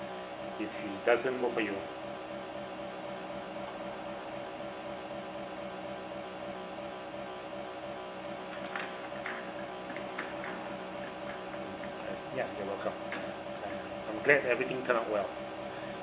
if she doesn't work for you ya you're welcome I I'm glad everything turn up well